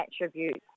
attributes